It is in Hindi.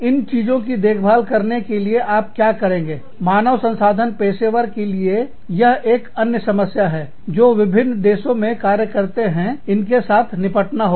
इन चीजों की देखभाल करने के लिए आप क्या करेंगे मानव संसाधन पेशेवरों के लिए यह एक अन्य समस्या है जो विभिन्न देशों में कार्य करते हैं इनके साथ निपटना होगा